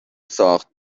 ساخت